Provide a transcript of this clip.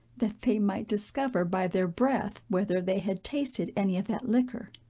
that they might discover by their breath, whether they had tasted any of that liquor.